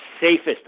safest